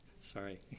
sorry